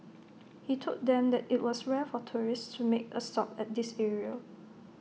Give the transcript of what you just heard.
he told them that IT was rare for tourists to make A stop at this area